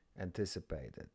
anticipated